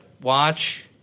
watch